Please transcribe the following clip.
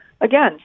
again